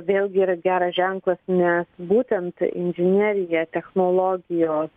vėl gi yra geras ženklas nes būtent inžinerija technologijos